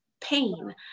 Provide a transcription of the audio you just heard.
pain